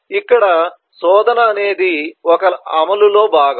ఇక్కడ శోధన అనేది ఒక అమలు భాగం